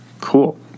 cool